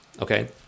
Okay